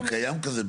אם קיים כזה.